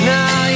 Now